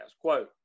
Quote